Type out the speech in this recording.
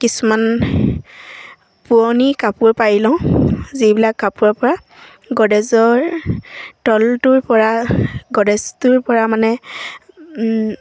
কিছুমান পূৰণি কাপোৰ পাৰি লওঁ যিবিলাক কাপোৰৰ পৰা গড্ৰেজৰ তলটোৰ পৰা গড্ৰেজটোৰ পৰা মানে